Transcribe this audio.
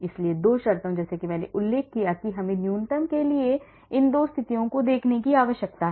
इसलिए दो शर्तों जैसे मैंने उल्लेख किया है कि हमें न्यूनतम के लिए इन दो स्थितियों को देखने की आवश्यकता है